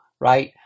right